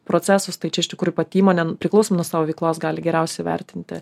procesus tai čia iš tikrųjų pati įmonė priklausomai nuo savo veiklos gali geriausia įvertinti